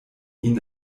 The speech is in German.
ihn